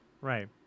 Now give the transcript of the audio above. Right